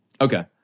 Okay